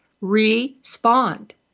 Respond